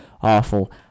awful